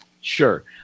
Sure